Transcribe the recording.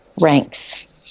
ranks